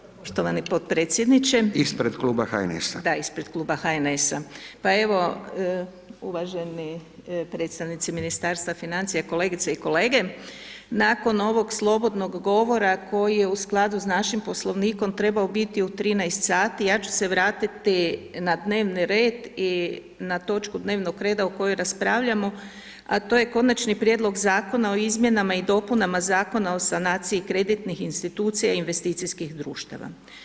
Hvala lijepa poštovani potpredsjedniče [[Upadica potpredsjednik: Ispred Kluba HNS-a]] , da ispred Kluba HNS-a, pa evo, uvaženi predstavnici Ministarstva financija, kolegice i kolege, nakon ovog slobodnog govora koji je u skladu s našim Poslovnikom trebao biti u 13,00 sati, ja ću se vratiti na dnevni red i na točku dnevnog reda o kojoj raspravljamo, a to je Konačni prijedlog zakona o izmjenama i dopunama Zakona o sanaciji kreditnih institucija i investicijskih društava.